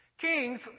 Kings